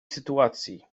sytuacji